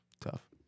Tough